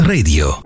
Radio